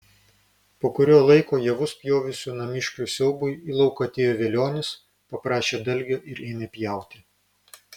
po kurio laiko javus pjovusių namiškių siaubui į lauką atėjo velionis paprašė dalgio ir ėmė pjauti